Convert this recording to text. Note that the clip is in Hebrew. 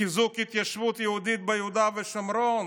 חיזוק התיישבות יהודית ביהודה ושומרון.